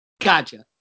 Gotcha